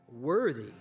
worthy